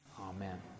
Amen